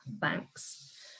Thanks